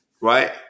right